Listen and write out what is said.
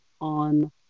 on